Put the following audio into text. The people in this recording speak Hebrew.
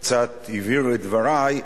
קצת הבהיר את דברי,